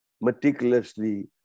Meticulously